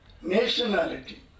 nationality